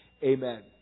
Amen